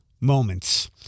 moments